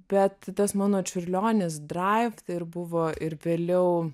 bet tas mano čiurlionis draif ir buvo ir vėliau